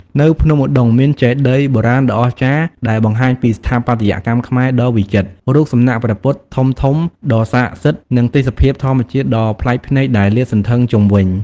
នៅភ្នំឧដុង្គ មានចេតិយបុរាណដ៏អស្ចារ្យដែលបង្ហាញពីស្ថាបត្យកម្មខ្មែរដ៏វិចិត្រ រូបសំណាកព្រះពុទ្ធធំៗដ៏ស័ក្តិសិទ្ធិ និងទេសភាពធម្មជាតិដ៏ប្លែកភ្នែកដែលលាតសន្ធឹងជុំវិញ។